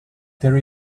there